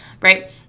right